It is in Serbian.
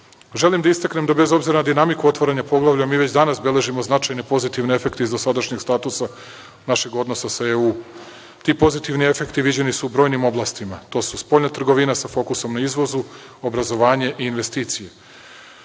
da istaknem da bez obzira na dinamiku otvaranja poglavlja mi već danas beležimo značajne pozitivne efekte iz dosadašnjeg statusa našeg odnosa sa EU. Ti pozitivni efekti viđeni su u brojnim oblastima. To su: spoljna trgovina sa fokusom na izvoz, obrazovanje i investicije. Trgovina